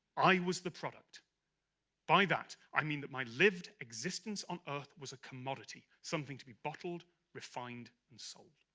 i was the product by that, i mean that my lived existence on earth was a commodity something to be bottled refined and sold.